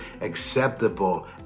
acceptable